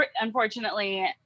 unfortunately